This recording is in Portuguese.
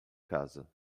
casa